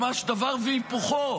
ממש דבר והיפוכו: